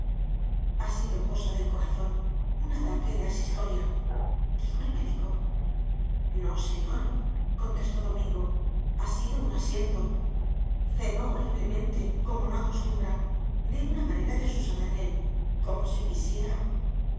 ha sido cosa del corazón un ataque de asistoliadijo el médico no señorcontestó domingo ha sido un asiento cenó horriblemente como no acostumbra de una manera desusada en él como si quisiera